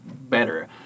better